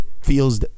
feels